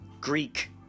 Greek